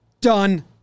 done